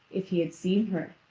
if he had seen her,